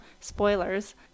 Spoilers